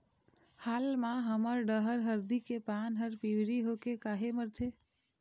हाल मा हमर डहर हरदी के पान हर पिवरी होके काहे मरथे?